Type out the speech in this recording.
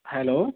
hello